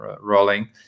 rolling